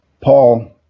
Paul